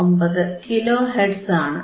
59 kilohertz ആണ്